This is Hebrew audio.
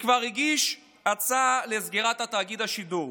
שכבר הגיש הצעה לסגירת תאגיד השידור.